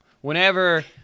Whenever